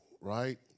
right